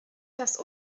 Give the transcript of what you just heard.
das